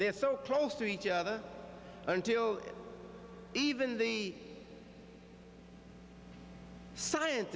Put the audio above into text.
they are so close to each other until even the scien